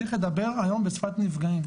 צריך לדבר היום בשפת נפגעים,